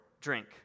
drink